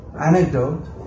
anecdote